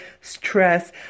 stress